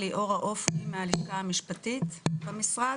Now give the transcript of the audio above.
ליאורה עופרי מהלשכה המשפטית במשרד.